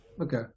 okay